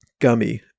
gummy